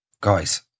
Guys